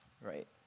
right